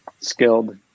skilled